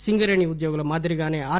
సింగరేణి ఉద్యోగుల మాదిరిగాసే ఆర్